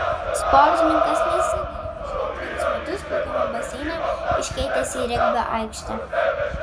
sportininkas nesigaili prieš ketverius metus plaukimo baseiną iškeitęs į regbio aikštę